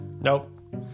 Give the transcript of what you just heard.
Nope